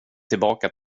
tillbaka